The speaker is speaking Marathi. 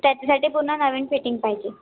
त्याच्यासाठी पूर्ण नवीन फिटिंग पाहिजे